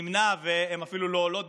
הן אפילו לא עולות,